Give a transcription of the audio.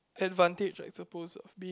advantage I suppose of me